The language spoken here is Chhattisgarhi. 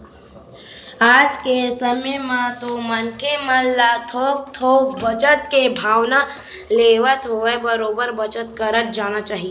आज के समे म तो मनखे मन ल थोक थोक बचत के भावना लेवत होवय बरोबर बचत करत जाना चाही